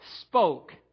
spoke